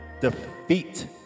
defeat